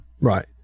right